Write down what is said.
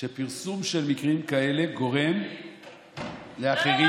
שפרסום של מקרים כאלה גורם לאחרים,